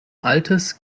altes